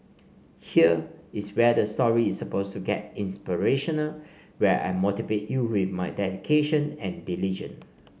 here is where the story is suppose to get inspirational where I motivate you with my dedication and diligence